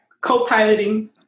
co-piloting